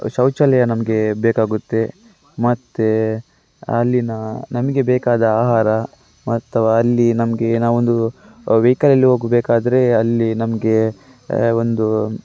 ಶೌಚಾಲಯ ನಮಗೆ ಬೇಕಾಗುತ್ತೆ ಮತ್ತು ಅಲ್ಲಿಯ ನಮಗೆ ಬೇಕಾದ ಆಹಾರ ಮತ್ತು ಅಲ್ಲಿ ನಮಗೆ ನಾವೊಂದು ವೆಹಿಕಲಲ್ಲಿ ಹೋಗಬೇಕಾದ್ರೆ ಅಲ್ಲಿ ನಮಗೆ ಒಂದು